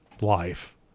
life